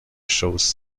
shows